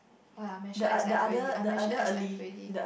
oh ya I mention S_F already I mention S_F already